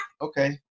okay